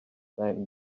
then